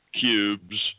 cubes